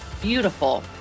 beautiful